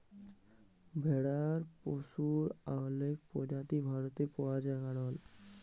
ভেড়ার পশুর অলেক প্রজাতি ভারতে পাই জাই গাড়ল